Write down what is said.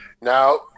Now